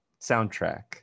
soundtrack